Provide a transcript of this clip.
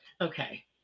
Okay